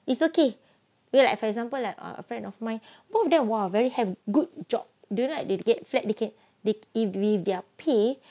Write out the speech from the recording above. it's okay we'll like for example like a friend of mine both of them !wah! very have good job then they get flat dengan with their pay